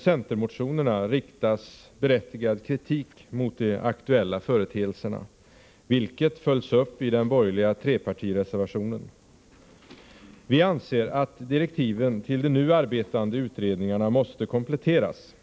centermotionerna riktas berättigad kritik mot de aktuella företeelserna, vilken följs upp i den borgerliga trepartireservationen. Vi anser att direktiven till de nu arbetande utredningarna måste kompletteras.